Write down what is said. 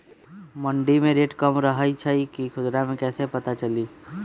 मंडी मे रेट कम रही छई कि खुदरा मे कैसे पता चली?